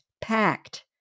packed